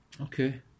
Okay